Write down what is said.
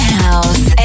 house